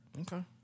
Okay